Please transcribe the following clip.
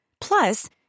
Plus